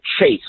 Chase